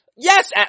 Yes